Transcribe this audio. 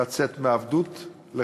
לצאת מעבדות לחירות.